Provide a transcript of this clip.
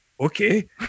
Okay